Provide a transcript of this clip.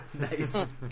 Nice